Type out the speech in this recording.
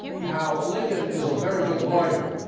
now lincoln is a very good lawyer.